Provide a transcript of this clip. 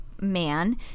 man